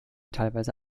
teilweise